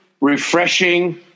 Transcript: refreshing